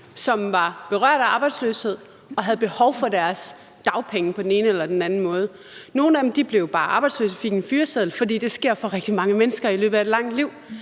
som var berørt af arbejdsløshed og havde behov for deres dagpenge på den ene eller på den anden måde. Nogle af dem fik bare en fyreseddel og blev arbejdsløse, for det sker bare for rigtig mange mennesker i løbet af et langt liv.